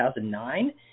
2009